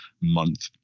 month